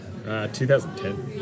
2010